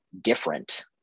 different